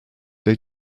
they